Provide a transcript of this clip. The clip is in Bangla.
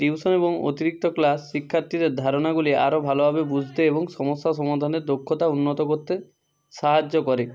টিউশন এবং অতিরিক্ত ক্লাস শিক্ষার্থীদের ধারণাগুলি আরো ভালোভাবে বুঝতে এবং সমস্যা সমাধানের দক্ষতা উন্নত করতে সাহায্য করে